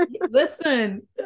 listen